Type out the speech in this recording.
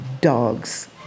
dogs